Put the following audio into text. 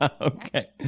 Okay